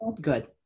good